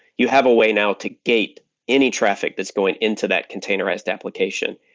you have a way now to gate any traffic that's going into that containerized application.